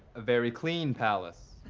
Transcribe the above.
a very clean palace.